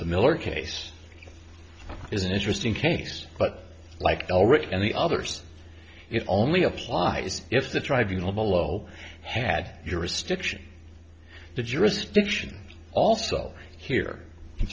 the miller case is an interesting case but like all rick and the others it only applies if the tribunals below had your restriction the jurisdiction also here i'm